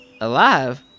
alive